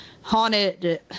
Haunted